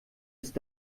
ist